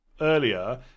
earlier